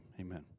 amen